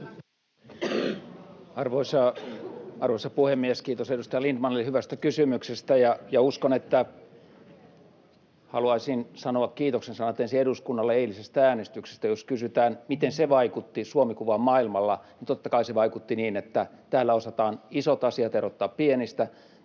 Arvoisa puhemies! Kiitos edustaja Lindtmanille hyvästä kysymyksestä. [Leena Meri: Ja pitkästä!] Haluaisin sanoa kiitoksen sanat ensin eduskunnalle eilisestä äänestyksestä. Jos kysytään, miten se vaikutti Suomi-kuvaan maailmalla, niin totta kai se osoitti, että täällä osataan isot asiat erottaa pienistä